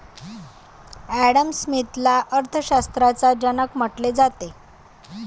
Adam स्मिथला अर्थ शास्त्राचा जनक म्हटले जाते